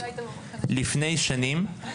לפני שנים,